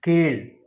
கீழ்